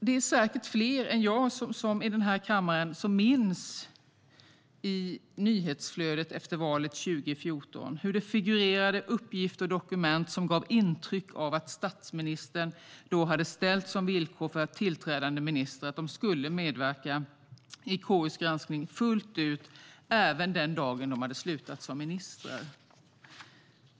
Det är säkert fler än jag i den här kammaren som minns att det i nyhetsflödet efter valet 2014 figurerade uppgifter och dokument som gav intryck av att statsministern hade ställt som villkor för alla tillträdande ministrar att de skulle medverka i KU:s granskning fullt ut även efter det att de hade slutat som ministrar.